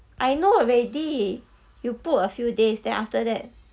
I know already you put a few days then after that